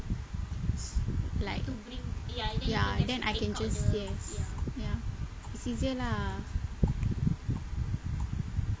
it's like ya then I can just yes ya it's easier lah